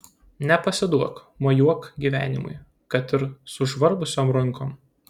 nepasiduok mojuok gyvenimui kad ir sužvarbusiom rankom